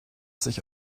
sich